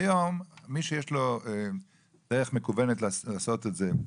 היו מי שיש לו דרך מקוונת לעשות את זה,